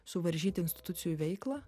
suvaržyt institucijų veiklą